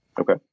Okay